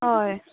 हय